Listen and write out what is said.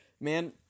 Man